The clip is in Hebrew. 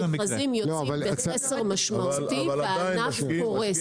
מכרזים יוצאים בחסר משמעותי והענף קורס.